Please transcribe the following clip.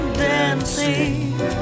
dancing